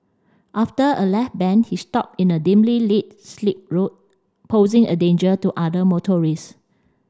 after a left bend he stopped in a dimly lit slip road posing a danger to other motorists